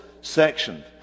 section